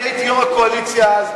אני הייתי יושב-ראש הקואליציה אז,